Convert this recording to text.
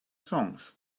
songs